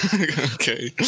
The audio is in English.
Okay